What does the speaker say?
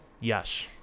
Yes